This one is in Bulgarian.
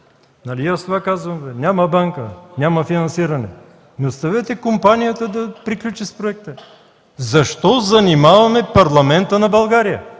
нали и аз това казвам, бе – няма банка, няма финансиране! Оставете компанията да приключи с проекта. Защо занимаваме Парламента на България?